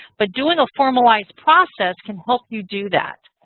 but doing a formalized process can help you do that.